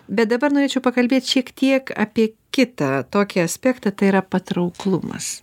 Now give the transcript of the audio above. bet dabar norėčiau pakalbėt šiek tiek apie kitą tokį aspektą tai yra patrauklumas